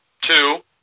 Two